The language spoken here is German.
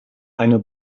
eine